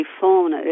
phone